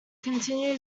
continued